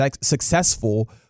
successful